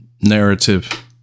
narrative